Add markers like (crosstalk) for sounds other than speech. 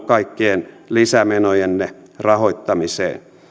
(unintelligible) kaikkien lisämenojenne rahoittamiseen